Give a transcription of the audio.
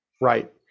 Right